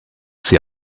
sie